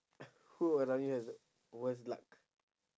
who around you has the worst luck